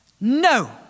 no